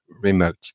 remote